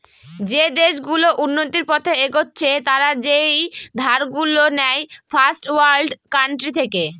যে দেশ গুলো উন্নতির পথে এগচ্ছে তারা যেই ধার গুলো নেয় ফার্স্ট ওয়ার্ল্ড কান্ট্রি থেকে